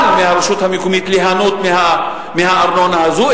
מהרשות המקומית ליהנות מהארנונה הזו,